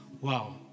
Wow